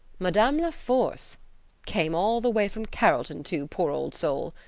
madame laforce came all the way from carrolton, too, poor old soul.